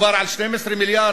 מדובר על 12 מיליארד.